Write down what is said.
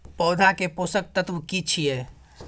पौधा के पोषक तत्व की छिये?